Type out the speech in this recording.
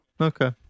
Okay